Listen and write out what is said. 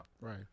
right